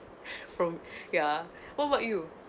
from ya what about you